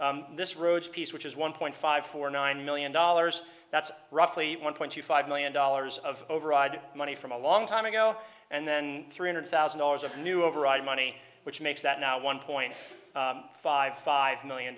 you this road piece which is one point five four nine million dollars that's roughly one point two five million dollars of override money from a long time ago and then three hundred thousand dollars of new override money which makes that now one point five five million